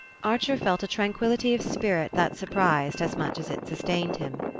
archer felt a tranquillity of spirit that surprised as much as it sustained him.